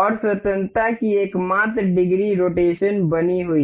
और स्वतंत्रता की एकमात्र डिग्री रोटेशन बनी हुई है